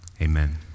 Amen